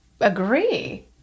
agree